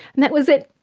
and that was it,